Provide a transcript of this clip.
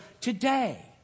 today